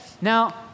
Now